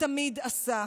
ותמיד עשה,